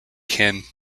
kin